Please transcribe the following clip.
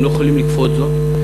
הם לא יכולים לכפות זאת.